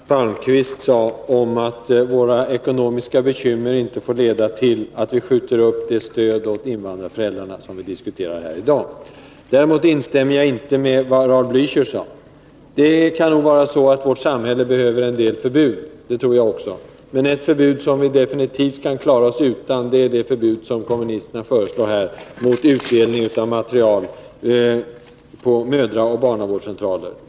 Herr talman! Jag instämmer i vad Margareta Palmqvist sade om att våra ekonomiska bekymmer inte får leda till att vi skjuter upp det stöd åt invandrarföräldrarna som vi diskuterar här i dag. Däremot instämmer jag inte i vad Raul Blächer sade. Det kan nog vara så att vårt samhälle behöver en del förbud — det tror jag också. Men ett förbud som vi definitivt kan klara oss utan är det förbud som kommunisterna föreslår mot utdelning av material på mödraoch barnavårdscentralerna.